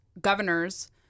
governors